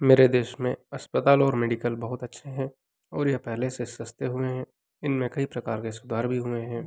मेरे देश में अस्पताल और मेडिकल बहोत अच्छे हैं और यह पहले से सस्त्ते हुए हैं इनमें कई प्रकार के सुधार भी हुए हैं